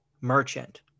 merchant